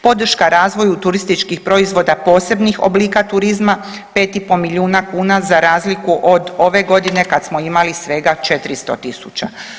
Podrška razvoju turističkih proizvoda posebnih oblika turizma 5,5 milijuna kuna za razliku od ove godine kad smo imali svega 400 tisuća.